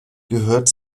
gehört